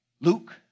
Luke